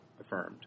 affirmed